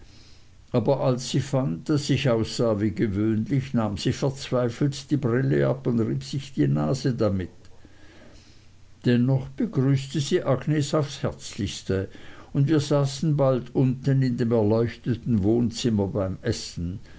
aber als sie fand daß ich aussah wie gewöhnlich nahm sie verzweifelt die brille ab und rieb sich die nase damit dennoch begrüßte sie agnes aufs herzlichste und wir saßen bald unten in dem erleuchteten wohnzimmer beim essen